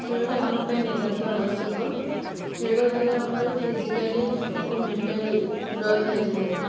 ଖେଳଟା ଆମ ପାଇଁ ନିତାନ୍ତ ଆବଶ୍ୟକ ଖେଳିବା ଦ୍ୱାରା ଆମର ଫିଜିକାଲି ଓ ମେଣ୍ଟାଲି ଗ୍ରୋଥ୍ ହୋଇଥାଏ